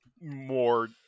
more